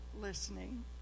listening